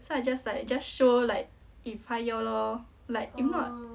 so I just like just show like if 他要 lor like if not